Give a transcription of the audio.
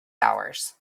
hours